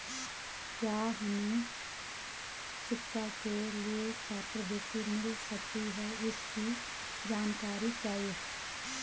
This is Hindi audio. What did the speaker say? क्या हमें शिक्षा के लिए छात्रवृत्ति मिल सकती है इसकी जानकारी चाहिए?